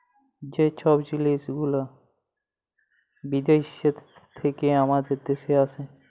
যে ছব জিলিস গুলা বিদ্যাস থ্যাইকে আমাদের দ্যাশে আসে